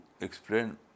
explain